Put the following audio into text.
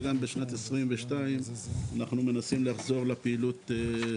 וגם בשנת 2022 אנחנו מנסים לחזור לפעילות.